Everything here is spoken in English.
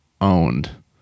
owned